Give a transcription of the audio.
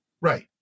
Right